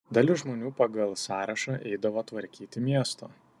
dalis žmonių pagal sąrašą eidavo tvarkyti miesto